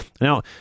Now